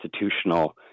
institutional